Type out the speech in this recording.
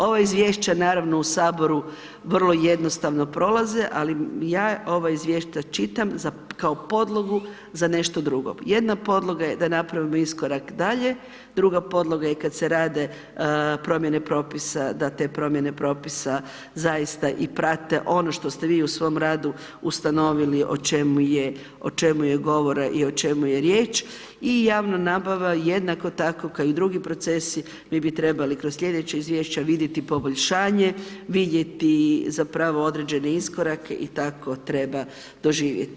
Ova izvješća, naravno, u HS vrlo jednostavno prolaze, ali ja ova izvješća čitam kao podlogu za nešto drugo, jedna podloga je da napravimo iskorak dalje, druga podloga je kad se rade promjene propisa, da te promjene propisa zaista i prate ono što ste vi u svom radu ustanovili o čemu je govora i o čemu je riječ i javna nabava je jednako tako kao i drugi procesi, mi bi trebali kroz slijedeća izvješća vidjeti poboljšanje, vidjeti zapravo određene iskorake i tako treba doživjeti.